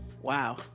Wow